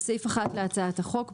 בסעיף 1 להצעת החוק,